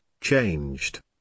changed